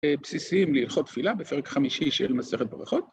בסיסיים להלכות תפילה בפרק חמישי של מסכת ברכות.